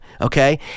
okay